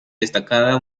destacada